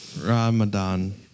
Ramadan